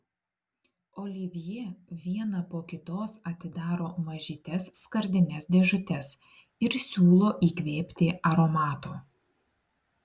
olivjė vieną po kitos atidaro mažytes skardines dėžutes ir siūlo įkvėpti aromato